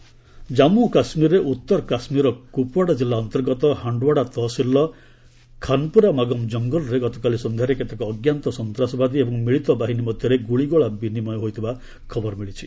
J and K gun fight Jammu ଓ କାଶ୍ମୀରରେ ଉତ୍ତର କାଶ୍ମୀରର କୁପଓ୍ୱାଡା ଜିଲ୍ଲା ଅନ୍ତର୍ଗତ ହାଣ୍ଡାଓ୍ୱାଡା ତହସିଲର ଖାନପୁରାମାଗମ ଜଙ୍ଗଲରେ ଗତକାଲି ସନ୍ଧ୍ୟାରେ କେତେକ ଅଜ୍ଞାତ ସନ୍ତାସବାଦୀ ଏବଂ ମିଳିତ ବାହିନୀ ମଧ୍ୟରେ ଗୁଳିଗୋଳା ବିନିମୟ ହୋଇଥିବା ଖବର ମିଳିଛି